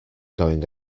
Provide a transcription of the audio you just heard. going